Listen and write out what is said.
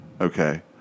Okay